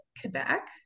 quebec